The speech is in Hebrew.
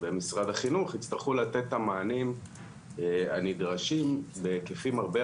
ומשרד החינוך יצטרכו לתת את המענים הנדרשים בהיקפים הרבה,